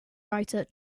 writer